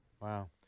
Wow